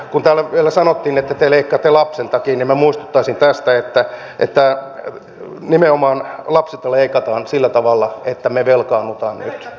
kun täällä vielä sanottiin että te leikkaatte lapsiltakin niin minä muistuttaisin tästä että nimenomaan lapsilta leikataan nyt sillä tavalla että me velkaannumme